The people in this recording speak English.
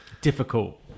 difficult